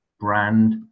brand